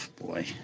boy